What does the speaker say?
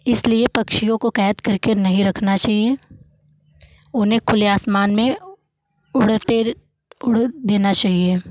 इसलिए पक्षियों को कैद करके नहीं रखना चहिए उन्हें खुले आसमान में उड़ते उड़ देना चाहिए